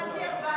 מירב,